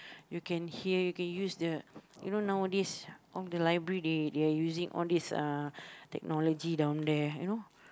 you can hear you can use the you know nowadays all the library they they are using all these uh technology down there you know